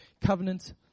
covenant